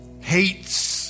hates